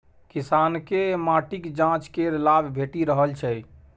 किसानकेँ माटिक जांच केर लाभ भेटि रहल छै